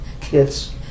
kids